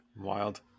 wild